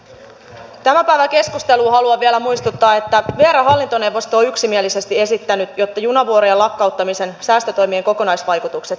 tämän päivän keskusteluun haluan vielä muistuttaa että vrn hallintoneuvosto on yksimielisesti esittänyt että junavuorojen lakkauttamisen säästötoimien kokonaisvaikutukset selvitetään aidosti